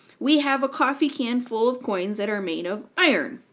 we have a coffee can full of coins that are made of iron,